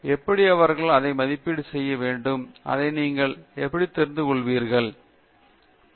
எப்படி அவர்கள் அதை மதிப்பீடு செய்ய வேண்டும் மற்றும் அதை நீங்கள் எப்படி தெரிந்துகொள்ள வேண்டும் என்று உங்களுக்குத் தெரியும்